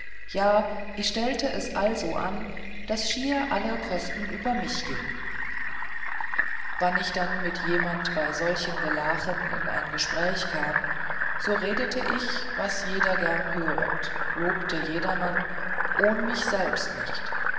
ja ich stellte es also an daß schier aller kosten über mich gieng wann ich dann mit jemand bei solchen gelachen in ein gespräch kam so redete ich was jeder gern hörte lobte jedermann ohn mich selbst nicht